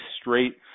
straight